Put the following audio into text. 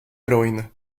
heroína